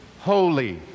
Holy